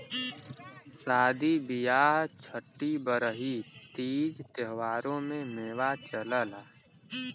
सादी बिआह छट्ठी बरही तीज त्योहारों में मेवा चलला